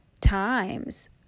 times